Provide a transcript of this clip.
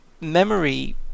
memory